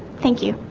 thank you